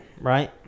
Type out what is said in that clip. right